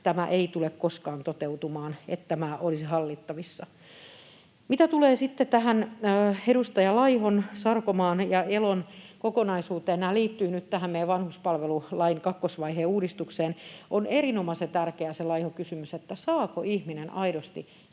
tämä ei tule koskaan toteutumaan, että tämä olisi hallittavissa. Mitä tulee sitten tähän edustajien Laiho, Sarkomaa ja Elo kokonaisuuteen, nämä liittyvät nyt tähän meidän vanhuspalvelulain kakkosvaiheen uudistukseen. On erinomaisen tärkeä se Laihon kysymys, saako ihminen aidosti